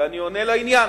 ואני עונה לעניין.